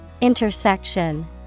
intersection